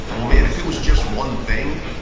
well man, if it was just one thing,